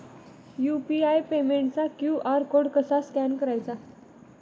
UPI पेमेंटचा QR code कसा scan करायचा?